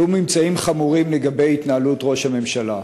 עלו ממצאים חמורים לגבי התנהלות ראש הממשלה.